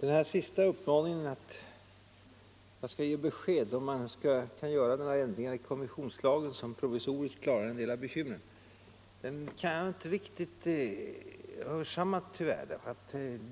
Herr talman! Uppmaningen att snabbt föreslå ändringar i kommissionslagen för att provisoriskt klara en del av bekymren kan jag tyvärr inte hörsamma. En av anledningarna